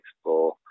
explore